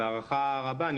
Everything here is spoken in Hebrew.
בהערכה רבה,